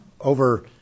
over